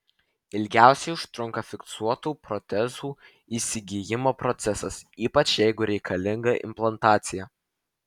ilgiausiai užtrunka fiksuotų protezų įsigijimo procesas ypač jeigu reikalinga implantacija